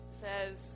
says